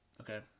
Okay